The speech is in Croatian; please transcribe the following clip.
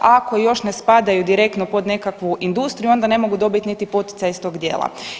Ako još ne spadaju direktno pod nekakvu industriju, onda ne mogu dobiti niti poticaj iz tog dijela.